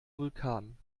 vulkan